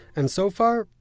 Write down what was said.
and so far?